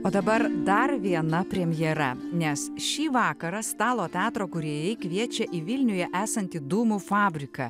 o dabar dar viena premjera nes šį vakarą stalo teatro kūrėjai kviečia į vilniuje esantį dūmų fabriką